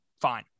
Fine